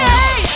Hey